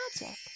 magic